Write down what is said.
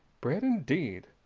bread indeed!